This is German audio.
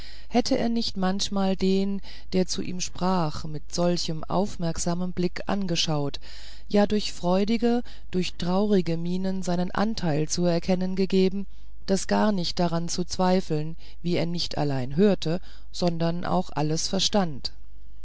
hätte er nicht manchmal den der zu ihm sprach mit solchem aufmerksamen blick angeschaut ja durch freudige durch traurige mienen seinen anteil zu erkennen gegeben daß gar nicht daran zu zweifeln wie er nicht allein hörte sondern auch alles verstand